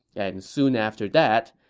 and soon after that,